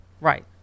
right